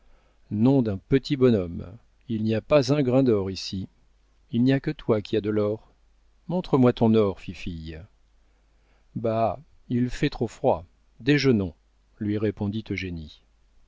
nom d'un petit bonhomme il n'y a pas un grain d'or ici il n'y a que toi qui as de l'or montre-moi ton or fifille bah il fait trop froid déjeunons lui répondit eugénie